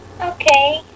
Okay